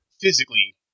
physically